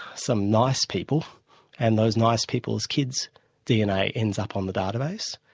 some nice people and those nice people's kids dna, ends up on the database,